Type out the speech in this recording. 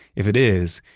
if it is,